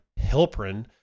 Hilprin